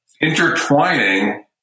intertwining